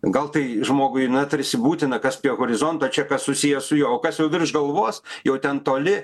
gal tai žmogui na tarsi būtina kas prie horizonto čia kas susiję su juo o kas jau virš galvos jau ten toli